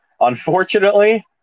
unfortunately